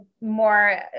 more